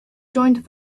joined